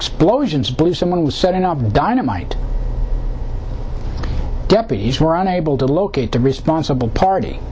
explosions believe someone was setting off dynamite deputies were unable to locate the responsible party